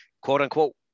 quote-unquote